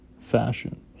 fashion